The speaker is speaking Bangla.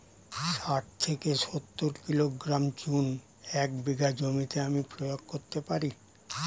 শাঠ থেকে সত্তর কিলোগ্রাম চুন এক বিঘা জমিতে আমি প্রয়োগ করতে পারি?